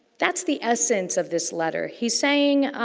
that's the essence of this letter. he's saying